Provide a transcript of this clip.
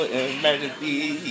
emergency